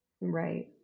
right